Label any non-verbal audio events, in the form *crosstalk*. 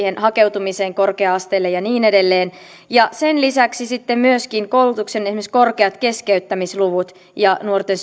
hakeutumiseen korkea asteelle ja niin edelleen sen lisäksi sitten myöskin esimerkiksi koulutuksen korkeisiin keskeyttämislukuihin ja nuorten *unintelligible*